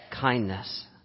kindness